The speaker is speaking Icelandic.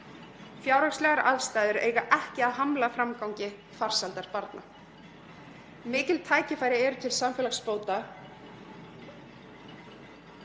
Fjárhagslegar aðstæður eiga ekki að hamla framgangi farsældar barna. Mikil tækifæri til samfélagsbóta